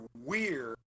weird